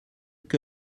que